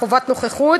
חובת נוכחות.